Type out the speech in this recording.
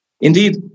Indeed